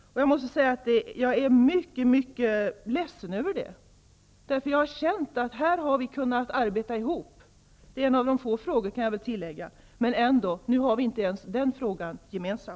Jag är mycket ledsen över det. Jag har tidigare känt att vi har kunnat arbeta tillsamman i denna fråga, en av få frågor visserligen. Nu har vi emellertid inte ens den frågan gemensam.